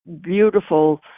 beautiful